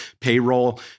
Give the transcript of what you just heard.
payroll